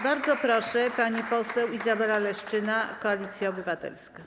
Bardzo proszę, pani poseł Izabela Leszczyna, Koalicja Obywatelska.